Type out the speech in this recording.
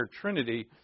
Trinity